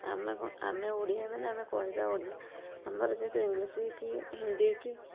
ଆମେ କ'ଣ ଆମେ ଓଡ଼ିଆ ମାନେ ଆମେ କହିବା ଓଡ଼ିଆ ଆମର ଯେହେତୁ ଇଂଲିଶ୍ କି ହିନ୍ଦୀ କି